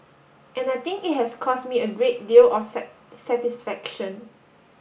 and I think it has cause me a great deal of satisfaction